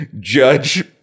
judge